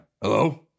hello